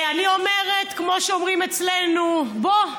ואני אומרת, כמו שאומרים אצלנו: בוא,